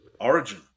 Origin